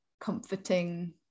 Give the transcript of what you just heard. comforting